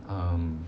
um